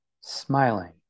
Smiling